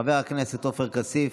חבר הכנסת עופר כסיף,